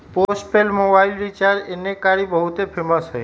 postpaid mobile recharge एन्ने कारि बहुते फेमस हई